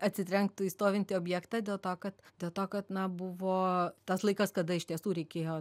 atsitrenktų į stovintį objektą dėl to kad dėl to kad na buvo tas laikas kada iš tiesų reikėjo